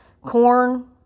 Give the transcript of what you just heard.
Corn